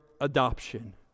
adoption